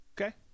okay